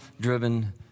driven